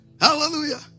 Hallelujah